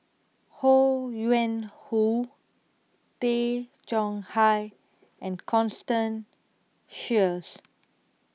Ho Yuen Hoe Tay Chong Hai and Constance Sheares